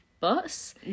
bus